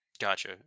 Gotcha